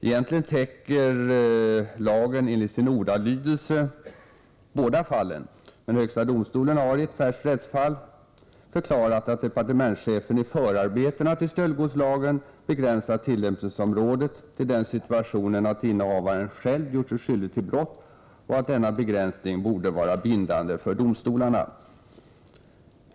Egentligen täcker lagen enligt sin ordalydelse båda fallen, men högsta domstolen har i ett färskt rättsfall förklarat att departementschefen i förarbetena till stöldgodslagen har begränsat tillämpningsområdet till den situationen att innehavaren själv gjort sig skyldig till brott och att denna begränsning borde vara bindande för domstolarna.